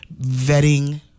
vetting